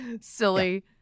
silly